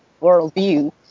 worldview